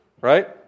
right